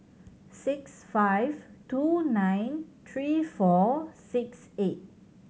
six five two nine three four six eight